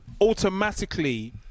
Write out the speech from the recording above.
automatically